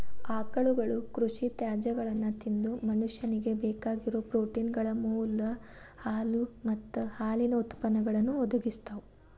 ಆಕಳುಗಳು ಕೃಷಿ ತ್ಯಾಜ್ಯಗಳನ್ನ ತಿಂದು ಮನುಷ್ಯನಿಗೆ ಬೇಕಾಗಿರೋ ಪ್ರೋಟೇನ್ಗಳ ಮೂಲ ಹಾಲು ಮತ್ತ ಹಾಲಿನ ಉತ್ಪನ್ನಗಳನ್ನು ಒದಗಿಸ್ತಾವ